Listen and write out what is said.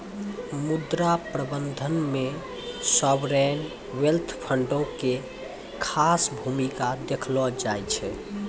मुद्रा प्रबंधन मे सावरेन वेल्थ फंडो के खास भूमिका देखलो जाय छै